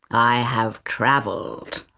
i have travelled!